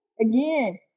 Again